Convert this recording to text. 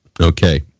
Okay